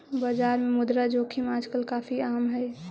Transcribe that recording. बाजार में मुद्रा जोखिम आजकल काफी आम हई